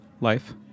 life